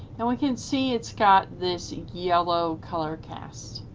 now i can see it's got this yellow color cast.